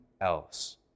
else